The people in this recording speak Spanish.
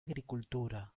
agricultura